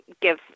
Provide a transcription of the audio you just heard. give